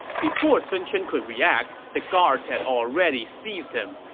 before sun chen could react, the guards had already seized him.